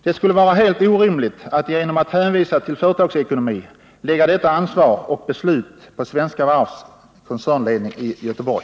Det skulle vara helt orimligt att genom att hänvisa till företagsekonomi lägga ansvaret för detta beslut på Svenska Varvs koncernledning i Göteborg.